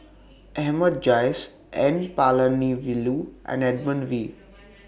Ahmad Jais N Palanivelu and Edmund Wee